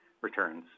returns